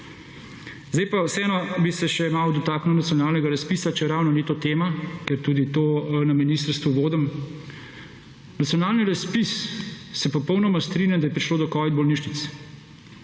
Zdaj pa vseeno bi se še malo dotaknil nacionalnega razpisa, čeravno ni to tema, ker tudi to na ministrstvu vodim. Nacionalni razpis, se popolnoma strinjam, da je prišlo do Covid bolnišnic,